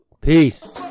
Peace